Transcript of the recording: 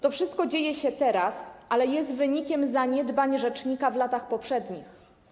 To wszystko dzieje się teraz, ale jest wynikiem zaniedbań rzecznika w latach poprzednich.